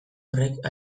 horrek